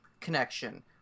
connection